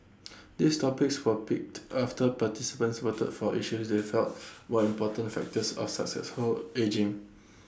these topics were picked after participants voted for issues they felt were important factors of successful ageing